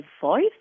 voice